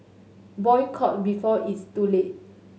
boycott before it's too late